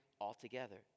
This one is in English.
altogether